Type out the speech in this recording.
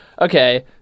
okay